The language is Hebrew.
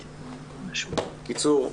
בקיצור,